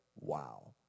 Wow